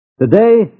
Today